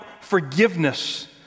forgiveness